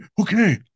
okay